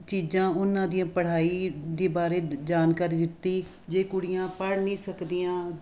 ਚੀਜ਼ਾਂ ਉਹਨਾਂ ਦੀਆਂ ਪੜ੍ਹਾਈ ਦੇ ਬਾਰੇ ਜਾਣਕਾਰੀ ਦਿੱਤੀ ਜੇ ਕੁੜੀਆਂ ਪੜ੍ਹ ਨਹੀਂ ਸਕਦੀਆਂ